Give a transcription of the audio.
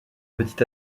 petit